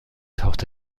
taucht